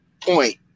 point